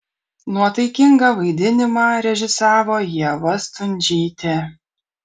nuotaikingą vaidinimą režisavo ieva stundžytė